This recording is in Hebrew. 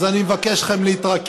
אז אני מבקש מכם להתרכז,